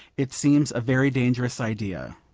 it seems a very dangerous idea.